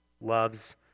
loves